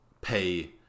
pay